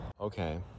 Okay